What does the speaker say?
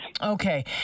Okay